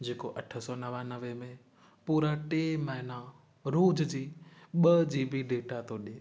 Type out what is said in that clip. जेको अठ सौ नवानवे में पूरा टे महीना रोज जी ॿ जीबी डेटा थो ॾिए